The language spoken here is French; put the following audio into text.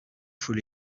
faut